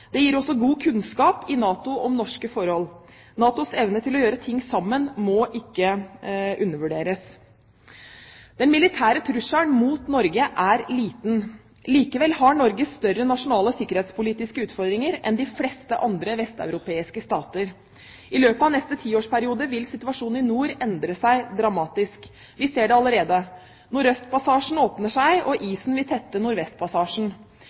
det er viktig at dette fortsetter. Det gir også god kunnskap i NATO om norske forhold. NATOs evne til å gjøre ting sammen må ikke undervurderes. Den militære trusselen mot Norge er liten. Likevel har Norge større nasjonale sikkerhetspolitiske utfordringer enn de fleste andre vesteuropeiske stater. I løpet av neste tiårsperiode vil situasjonen i nord endre seg dramatisk. Vi ser det allerede: Nordøstpassasjen åpner seg, og isen vil tette Nordvestpassasjen.